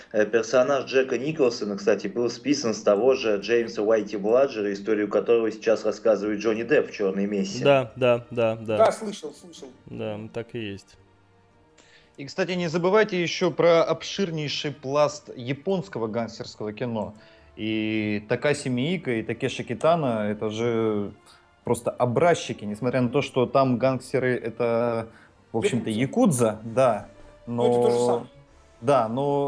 Э, персонаж Джека Николсона, кстати, был списан с того же Джеймса Уайти Бладжера, историю которого сейчас рассказывает Джонни Депп в «Чёрной мессе». Да, да, да, да. Да, слышал, слышал. Да, м, так и есть. И, кстати, не забывайте ещё про обширнейший пласт японского гангстерского кино. И Такаси Миика, и Такеши Китано — это же просто образчики, несмотря на то, что там гангстеры — это, в общем-то, Якудза. якудза, да, Ну, это но- то же самое. да, но-